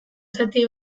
zati